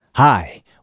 Hi